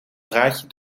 draadje